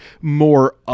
more